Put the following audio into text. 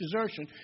desertion